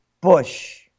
Bush